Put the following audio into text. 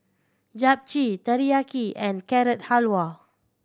Japchae Teriyaki and Carrot Halwa